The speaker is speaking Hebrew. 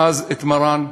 אז את מרן,